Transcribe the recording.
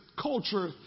culture